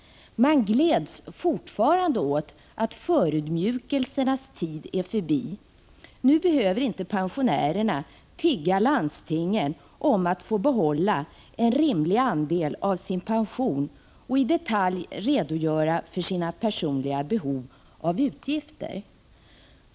Man gläds fortfarande åt att förödmjukelsernas tid är förbi. Nu behöver inte pensionärerna tigga landstingen om att få behålla en rimlig andel av sin pension och i detalj redogöra för sina personliga behov av utgifter.